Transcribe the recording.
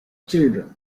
children